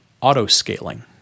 auto-scaling